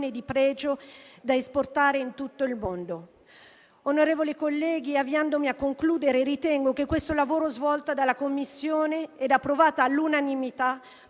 di pregio da esportare in tutto il mondo. Onorevoli colleghi, avviandomi a concludere, ritengo che il lavoro svolto dalla Commissione e approvato all'unanimità